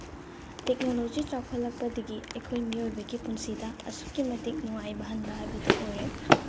technology ꯆꯥꯎꯈꯠꯂꯛꯄꯗꯒꯤ ꯑꯩꯈꯣꯏ ꯃꯤꯑꯣꯏꯕꯒꯤ ꯄꯨꯟꯁꯤꯗ ꯑꯁꯨꯛꯀꯤ ꯃꯇꯤꯛ ꯅꯨꯡꯉꯥꯏꯕꯍꯟꯕ ꯍꯥꯏꯕꯗꯨ ꯑꯣꯏꯔꯦ